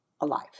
alive